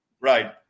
Right